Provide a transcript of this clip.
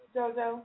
Jojo